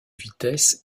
vitesse